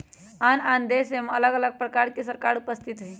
आन आन देशमें अलग अलग प्रकार के सरकार उपस्थित हइ